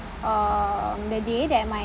um the day that my